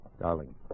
Darling